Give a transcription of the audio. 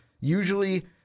usually